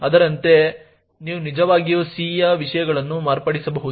ಅದರಂತೆ ನೀವು ನಿಜವಾಗಿಯೂ c ಯ ವಿಷಯಗಳನ್ನು ಮಾರ್ಪಡಿಸಬಹುದು